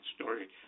story